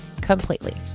completely